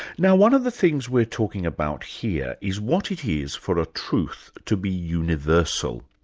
now one of the things we're talking about here is what it is for a truth to be universal.